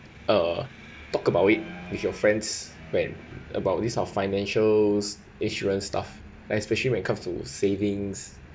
uh talk about it with your friends when about this how financials insurance stuff especially when it comes to savings